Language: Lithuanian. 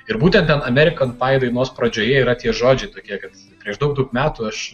ir būtent ten amerikan pai dainos pradžioje yra tie žodžiai tokie kad prieš daug daug metų aš